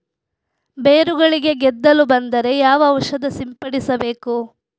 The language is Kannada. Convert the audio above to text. ಬೇರುಗಳಿಗೆ ಗೆದ್ದಲು ಬಂದರೆ ಯಾವ ಔಷಧ ಸಿಂಪಡಿಸಬೇಕು?